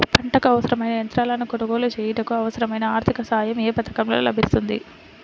పంటకు అవసరమైన యంత్రాలను కొనగోలు చేయుటకు, అవసరమైన ఆర్థిక సాయం యే పథకంలో లభిస్తుంది?